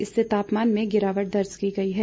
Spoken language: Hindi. इससे तापमान में गिरावट दर्ज की गई है